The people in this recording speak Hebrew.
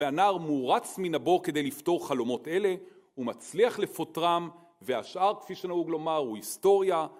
והנער מורץ מן הבור כדי לפתור חלומות אלה, הוא מצליח לפותרם, והשאר, כפי שנהוג לומר, הוא היסטוריה.